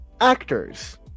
actors